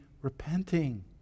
repenting